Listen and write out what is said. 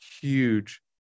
huge